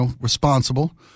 responsible